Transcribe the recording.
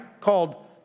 called